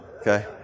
Okay